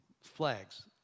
Flags